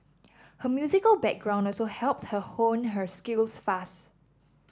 her musical background also helped her hone her skills fast